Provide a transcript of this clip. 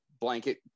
blanket